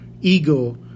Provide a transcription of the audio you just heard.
ego